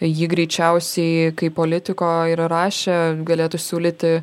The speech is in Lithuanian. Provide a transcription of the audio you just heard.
jį greičiausiai kaip politiko ir rašė galėtų siūlyti